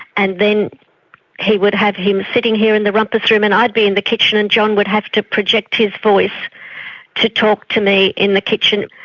and then he would have him sitting here in the rumpus room and i'd be in the kitchen and john would have to project his voice to talk to me in the kitchen.